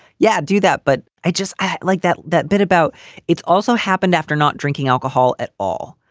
yeah. do that. but i just i like that that bit about it's also happened after not drinking alcohol at all.